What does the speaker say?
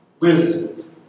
Wisdom